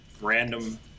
random